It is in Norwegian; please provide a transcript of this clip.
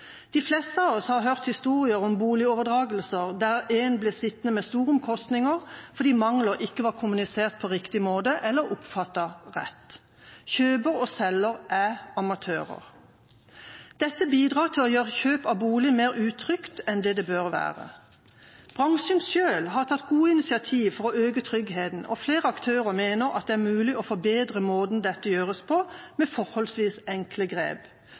De fleste av oss har hørt historier om boligoverdragelser der én ble sittende med store omkostninger fordi mangler ikke var kommunisert på riktig måte eller oppfattet rett. Kjøper og selger er amatører. Dette bidrar til å gjøre kjøp av bolig mer utrygt enn det bør være. Bransjen selv har tatt gode initiativ for å øke tryggheten, og flere aktører mener at det er mulig å forbedre måten dette gjøres på, med forholdsvis enkle grep.